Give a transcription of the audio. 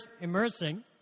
immersing